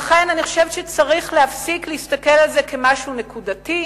לכן אני חושבת שצריך להפסיק להסתכל על זה כעל משהו נקודתי.